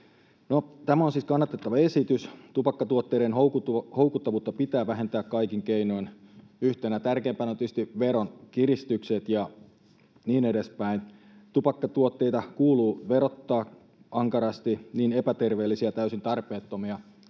tämä on siis kannatettava esitys. Tupakkatuotteiden houkuttavuutta pitää vähentää kaikin keinoin. Yhtenä tärkeimpänä ovat tietysti veronkiristykset ja niin edespäin. Tupakkatuotteita kuuluu verottaa ankarasti, niin epäterveellisiä ja täysin tarpeettomia